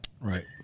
Right